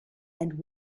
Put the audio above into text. and